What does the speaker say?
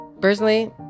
Personally